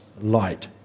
light